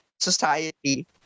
society